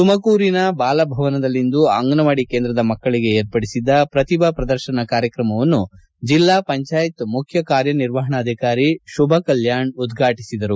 ತುಮಕೂರಿನ ಬಾಲಭವನದಲ್ಲಿಂದು ಅಂಗನವಾಡಿ ಕೇಂದ್ರದ ಮಕ್ಕಳಿಗೆ ಏರ್ಪಡಿಸಿದ್ದ ಪ್ರತಿಭಾ ಪ್ರದರ್ಶನ ಕಾರ್ಯಕ್ರಮವನ್ನು ಜಿಲ್ಲಾ ಪಂಚಾಯತ್ ಮುಖ್ಯ ಕಾರ್ಯನಿರ್ವಹಣಾಧಿಕಾರಿ ಶುಭಾಕಲ್ಯಾತ್ ಇಂದು ಉದ್ಘಾಟಿಸಿದರು